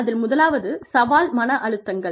அதில் முதாலாவது சவால் மன அழுத்தங்கள்